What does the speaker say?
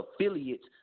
affiliates